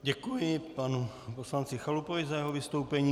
Děkuji panu poslanci Chalupovi za jeho vystoupení.